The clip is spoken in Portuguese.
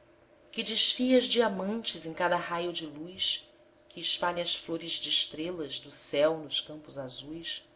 chorar que desfias diamantes em cada raio de luz que espalhas flores de estrelas do céu nos campos azuis